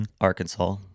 Arkansas